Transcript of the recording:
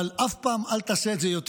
אבל אף פעם אל תעשה את זה יותר.